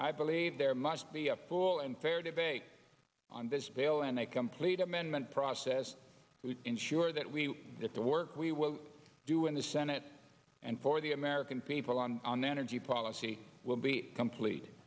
i believe there must be a full and fair debate on this bail and a complete amendment process we ensure that we get the work we will do in the senate and for the american people on an energy policy will be complete